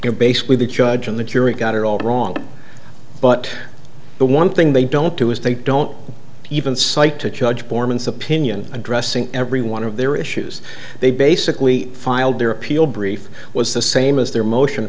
you know basically the judge in the jury got it all wrong but the one thing they don't do is they don't even cite to judge borman subpoena and addressing every one of their issues they basically filed their appeal brief was the same as their motion